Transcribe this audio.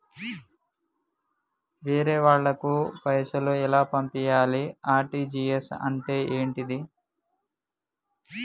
వేరే వాళ్ళకు పైసలు ఎలా పంపియ్యాలి? ఆర్.టి.జి.ఎస్ అంటే ఏంటిది?